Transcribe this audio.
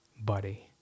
buddy